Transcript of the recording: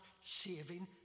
saving